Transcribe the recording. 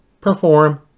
perform